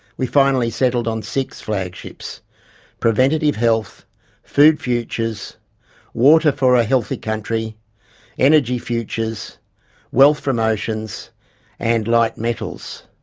we finally settled on six flagships preventative health food futures water for a healthy country energy futures wealth from oceans and, light metals.